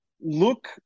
look